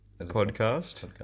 Podcast